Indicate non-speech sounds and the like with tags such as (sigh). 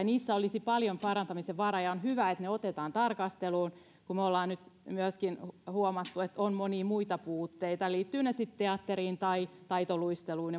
(unintelligible) niissä olisi paljon parantamisen varaa ja on hyvä että ne otetaan tarkasteluun kun me olemme nyt huomanneet että on monia muita puutteita liittyvät ne sitten teatteriin tai taitoluisteluun (unintelligible)